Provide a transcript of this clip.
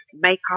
makeup